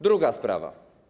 Druga sprawa.